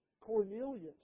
Cornelius